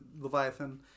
Leviathan